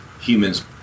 humans